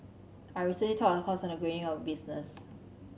I recently taught a course on the greening of business